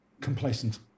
complacent